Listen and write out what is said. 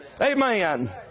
Amen